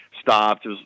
stopped